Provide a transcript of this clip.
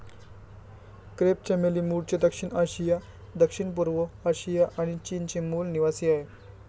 crepe चमेली मूळचे दक्षिण आशिया, दक्षिणपूर्व आशिया आणि चीनचे मूल निवासीआहे